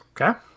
Okay